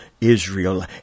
Israel